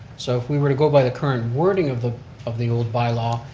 so if we were to go by the current wording of the of the old by-law,